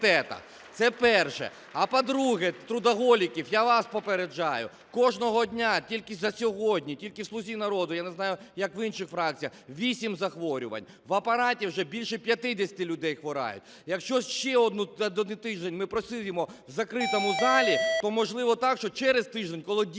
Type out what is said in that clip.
Це перше. А, по-друге, трудоголіки, я вас попереджаю, кожного дня, тільки за сьогодні, тільки в "Слуга народу", я не знаю, як в інших фракціях, вісім захворювань, в Апараті вже більше 50 людей хворіють. Якщо ще один тиждень ми просидимо в закритому залі, то, можливо, так, що через тиждень, коли дійсно